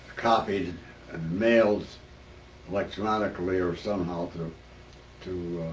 copied and mailed electronically or somehow to to